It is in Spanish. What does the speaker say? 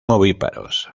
ovíparos